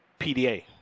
PDA